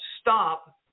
stop